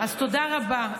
אז תודה רבה.